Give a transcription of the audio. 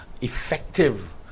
effective